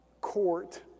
court